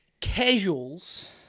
casuals